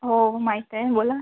हो माहीत आहे बोला